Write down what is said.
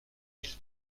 mille